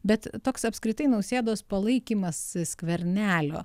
bet toks apskritai nausėdos palaikymas skvernelio